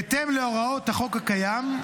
בהתאם להוראות החוק הקיים,